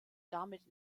damit